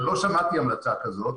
ולא שמעתי המלצה כזו,